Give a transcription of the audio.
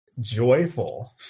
joyful